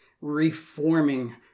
reforming